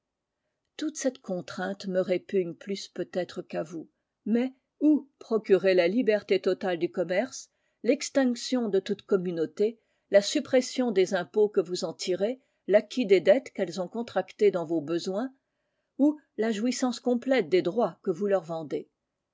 toute cette contrainte me répugne plus peut-être qu'à vous mais ou procurez la liberté totale du commerce l'extinction de toute communauté la suppression des impôts que vous en tirez l'acquit des dettes qu'elles ont contractées dans vos besoins ou la jouissance complète des droits que vous leur vendez